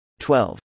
12